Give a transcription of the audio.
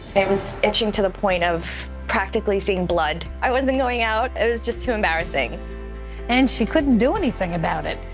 and was itching to the point of practically seeing blood. i wasn't going out. it was just too embarrassing. terry and she couldn't do anything about it.